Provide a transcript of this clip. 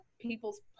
people's